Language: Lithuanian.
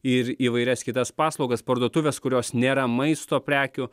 ir įvairias kitas paslaugas parduotuvės kurios nėra maisto prekių